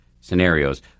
scenarios